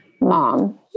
mom